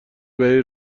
برای